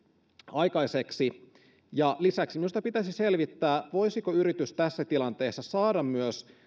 aikaiseksi lisäksi minusta pitäisi selvittää voisiko yritys tässä tilanteessa saada myös